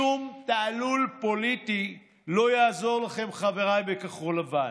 שום תעלול פוליטי לא יעזור לכם, חבריי בכחול לבן.